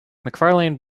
mcfarlane